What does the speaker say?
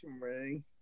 ring